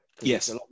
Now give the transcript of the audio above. Yes